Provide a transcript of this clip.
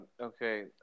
okay